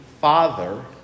Father